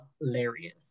hilarious